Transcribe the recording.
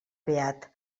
beat